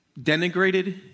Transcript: denigrated